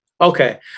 Okay